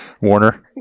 Warner